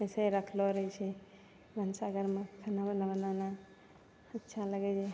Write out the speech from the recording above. शीशो रखले रहै छै भनसाघरमे